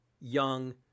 Young